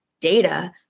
data